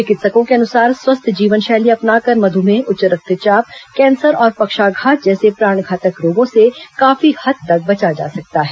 चिकित्सकों के अनुसार स्वस्थ जीवन शैली अपनाकर मध्मेह उच्च रक्तचाप कैंसर और पक्षाघात जैसे प्राणघातक रोगों से काफी हद तक बचा जा सकता है